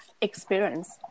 experience